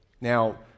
now